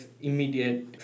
immediate